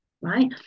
right